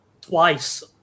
twice